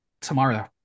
Tomorrow